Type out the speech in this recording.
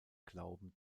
glauben